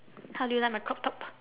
how do you like my crop top